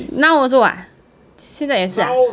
now also [what] 现在也是 ah